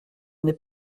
n’est